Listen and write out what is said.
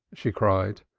she cried.